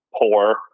poor